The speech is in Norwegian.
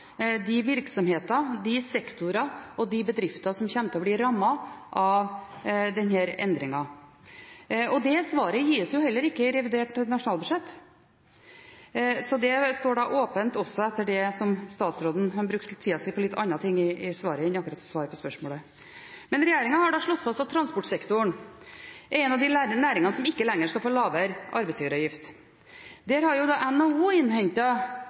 de virksomheter, de sektorer og de bedrifter som kommer til å bli rammet av denne endringen. Det svaret gis heller ikke i revidert nasjonalbudsjett. Så det står åpent også etter det som statsråden sa. Han brukte tida si på litt andre ting i svaret enn akkurat å svare på spørsmålet. Men regjeringen har slått fast at transportsektoren er en av de næringene som ikke lenger skal få lavere arbeidsgiveravgift. Der har